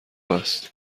است